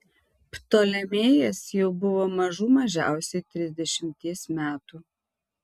ptolemėjas jau buvo mažų mažiausiai trisdešimties metų